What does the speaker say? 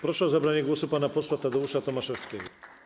Proszę o zabranie głosu pana posła Tadeusza Tomaszewskiego.